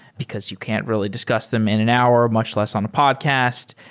because you can't really discuss them in an hour, much less on a podcast.